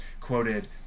quoted